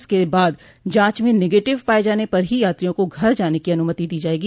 इसके बाद जांच में नेगेटिव पाये जाने पर ही यात्रियों को घर जाने की अनुमति दी जायेगी